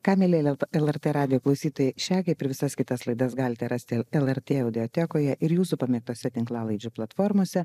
ką mielieji lrt radijo klausytojai šią kaip ir visas kitas laidas galite rasti lrt audiotekoje ir jūsų pamėgtose tinklalaidžių platformose